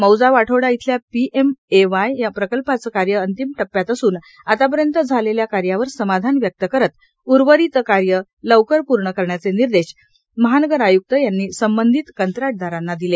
मौजा वाठोडा इथल्या पीएमएवाय प्रकल्पाचे कार्य अंतिम टप्प्यात असून आतापर्यंत झालेल्या कार्यावर समाधान व्यक्त करत उर्वरित कार्य लवकर पूर्ण करण्याचे निर्देश महानगर आय्क्त यांनी संबंधित कंत्राटदारांना दिले